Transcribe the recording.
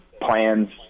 plans